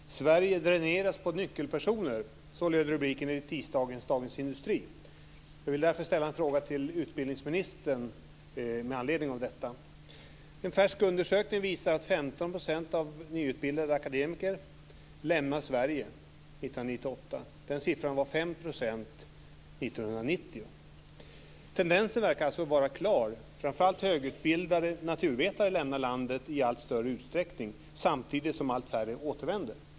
Fru talman! Sverige dräneras på nyckelpersoner. Så löd rubriken i tisdagens Dagens Industri. Jag vill därför ställa en fråga till utbildningsministern med anledning av detta. En färsk undersökning visar att 15 % av de nyutbildade akademikerna lämnade Sverige 1998. Den siffran var 5 % 1990. Tendensen verkar alltså vara klar. Framför allt högutbildade naturvetare lämnar landet i allt större utsträckning samtidigt som allt färre återvänder.